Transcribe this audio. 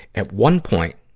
at one point,